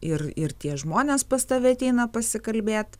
ir ir tie žmonės pas tave ateina pasikalbėt